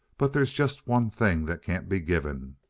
but there's just one thing that can't be given.